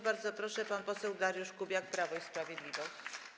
Bardzo proszę, pan poseł Dariusz Kubiak, Prawo i Sprawiedliwość.